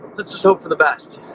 let's just hope for the best.